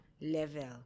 level